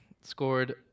scored